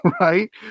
right